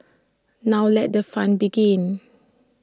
now let the fun begin